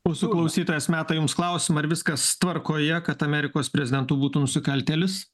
mūsų klausytojas meta jums klausimą ar viskas tvarkoje kad amerikos prezidentu būtų nusikaltėlis